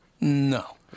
No